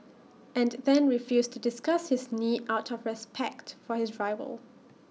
and then refused to discuss his knee out of respect for his rival